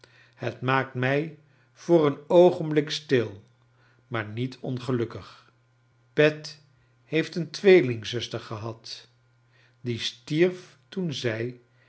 het maakt mij voor een oogenblik stil maar niet ongelukkig pet heeft een tweelingzuster gehad die stierf toen zij